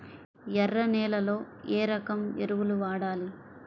ఎర్ర నేలలో ఏ రకం ఎరువులు వాడాలి?